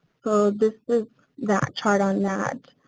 so this is that chart on that.